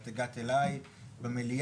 את הגעת אליי במליאה,